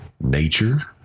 Nature